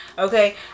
Okay